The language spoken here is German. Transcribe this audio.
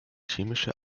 chemische